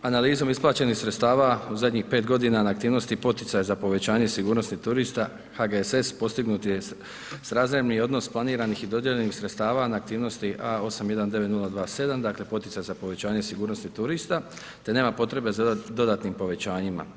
Analizom isplaćenih sredstava u zadnjih 5 godina na aktivnosti i poticaje za povećanje i sigurnosti turista HGSS postignut je srazmjerni odnos planiranih i dodijeljenih sredstava na aktivnosti A819027, dakle poticaja za povećanje sigurnosti turista te nema potrebe za dodatnim povećanjima.